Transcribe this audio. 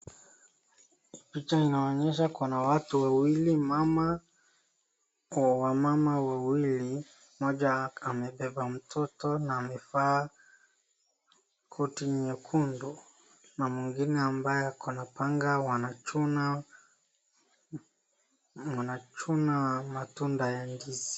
Picha inaonyesha kuna watu wawili mama mmoja amebeba mtoto na amevaa koti nyekundu na mwingine ambaye ako na panga wanachuna matunda ya ndizi.